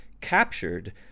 captured